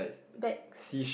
bags